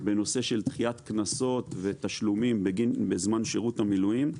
בנושא של דחיית קנסות ותשלומים בזמן שירות המילואים.